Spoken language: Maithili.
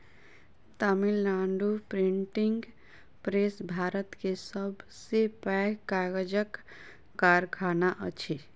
तमिल नाडु प्रिंटिंग प्रेस भारत के सब से पैघ कागजक कारखाना अछि